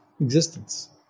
existence